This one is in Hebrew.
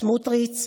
סמוטריץ',